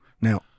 Now